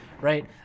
right